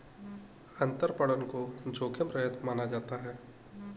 अंतरपणन को जोखिम रहित माना जाता है